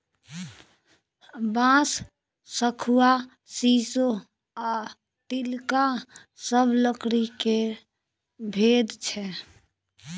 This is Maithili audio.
बांस, शखुआ, शीशो आ तिलका सब लकड़ी केर भेद छै